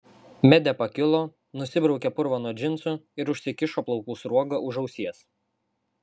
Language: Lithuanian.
medė pakilo nusibraukė purvą nuo džinsų ir užsikišo plaukų sruogą už ausies